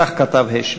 כך כתב השל.